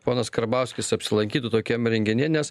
ponas karbauskis apsilankytų tokiam renginyje nes